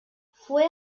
fue